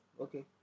Okay